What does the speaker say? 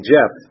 Jeff